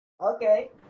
okay